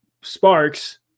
sparks